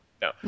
no